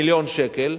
מיליון שקל,